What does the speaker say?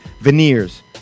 Veneers